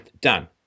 Done